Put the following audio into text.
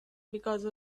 because